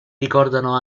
ricordano